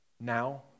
now